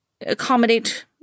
accommodate